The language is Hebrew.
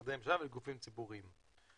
למשרדי הממשלה ולגופים ציבוריים.